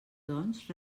doncs